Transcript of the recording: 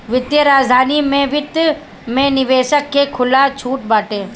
वित्तीय राजधानी में वित्त में निवेशक के खुला छुट बाटे